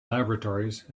laboratories